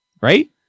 Right